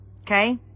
Okay